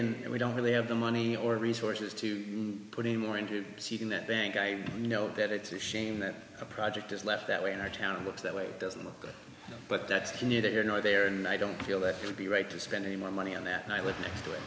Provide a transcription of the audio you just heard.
agree and we don't really have the money or resources to put in more into seeking that bank i know that it's a shame that the project is left that way in our town and looks that way doesn't look good but that's neither here nor there and i don't feel that it would be right to spend any more money on that and i live next to it